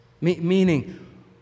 meaning